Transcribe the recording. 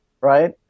right